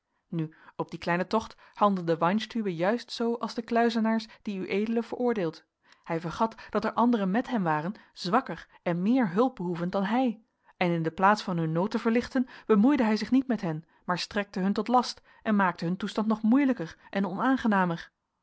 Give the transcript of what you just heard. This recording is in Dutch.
nu op dien kleinen tocht handelde weinstübe juist zoo als de kluizenaars die ued veroordeelt hij vergat dat er anderen met hem waren zwakker en meer hulpbehoevend dan hij en in de plaats van hun nood te verlichten bemoeide hij zich niet met hen maar strekte hun tot last en maakte hun toestand nog moeilijker en onaangenamer